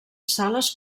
sales